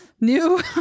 new